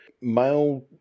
male